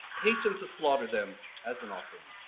hasten to slaughter them as an offering.